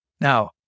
Now